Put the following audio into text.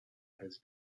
has